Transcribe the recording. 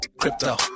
Crypto